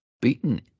beaten